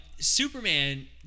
Superman